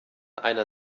einer